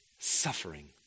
Suffering